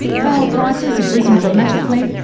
power prices have risen dramatically,